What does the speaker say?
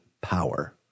power